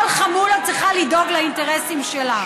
כל חמולה צריכה לדאוג לאינטרסים שלה.